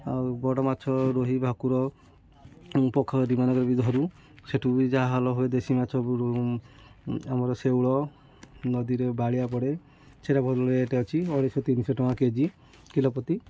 ଆଉ ବଡ଼ ମାଛ ରୋହି ଭାକୁର ପୋଖରୀମାନଙ୍କରେ ବି ଧରୁ ସେଇଠୁ ବି ଯାହା ହଲ ହୁଏ ଦେଶୀ ମାଛ ଆମର ଶେଉଳ ନଦୀରେ ବାଳିଆ ପଡ଼େ ସେଇଟା ଭଲ ରେଟ ଅଛି ଅଢ଼େଇଶହ ତିନିଶହ ଟଙ୍କା କେଜି କିଲୋପତି